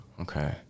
Okay